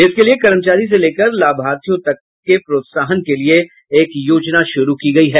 इसके लिये कर्मचारी से लेकर लाभार्थियों तक प्रोत्साहन के लिए एक योजना शुरू की गयी है